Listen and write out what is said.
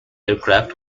aircraft